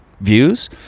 views